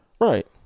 Right